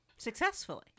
successfully